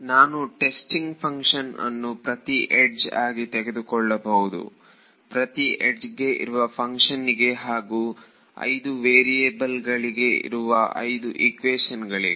ನಾನು testing function ಅನ್ನು ಪ್ರತಿ ಯಡ್ಜ್ ಆಗಿ ತೆಗೆದುಕೊಳ್ಳಬಹುದು ಪ್ರತಿ ಯಡ್ಜ್ಇಗೆ ಇರುವ ಫಂಕ್ಷನ್ನಿಗೆ ಹಾಗೂ 5 ವೇರಿಯೇಬಲ್ಗಳಲ್ಲಿ ಇರುವ 5 ಈಕ್ವೇಶನ್ ಗಳಿಗೆ